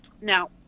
Now